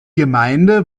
gemeinde